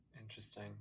Interesting